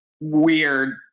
weird